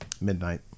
Midnight